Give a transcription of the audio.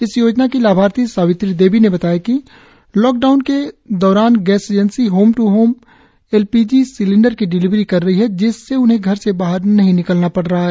इस योजना की लाभार्थी सावित्री देवी ने बताया कि लॉकडाउन के दौरान गैस एजेंसी होम ट्र home L P G cylinder की डिलिवरी कर रही है जिससे उन्हें घर से बाहर नहीं निकलना पड़ रहा है